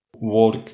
work